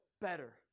better